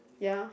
ya